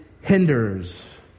hinders